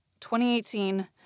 2018